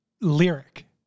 lyric